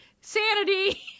sanity